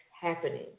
happening